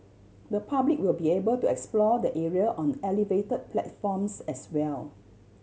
the public will be able to explore the area on elevate platforms as well